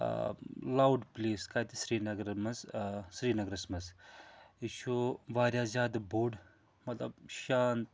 loud police کَتہِ سرینَگرَس منٛز سرینَگرَس منٛز یہِ چھُ واریاہ زیادٕ بوٚڑ مطلب شانت